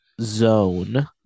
zone